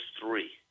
three